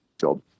job